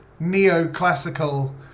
neoclassical